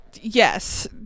Yes